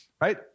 right